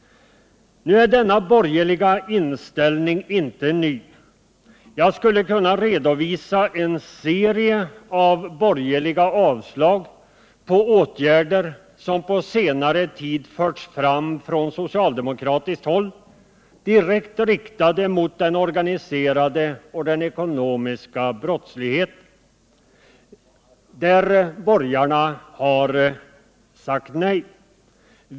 Nu är denna borgerliga inställning inte ny. Jag skulle kunna redovisa en serie av borgerliga avslag på åtgärder som på senare tid förts fram från socialdemokratiskt håll, direkt riktade mot den organiserade och den ekonomiska brottsligheten.